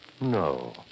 No